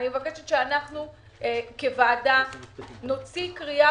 אני מבקשת שאנחנו כוועדה נוציא קריאה